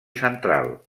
central